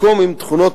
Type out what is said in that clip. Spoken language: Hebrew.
מקום עם תכונות